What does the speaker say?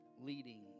leading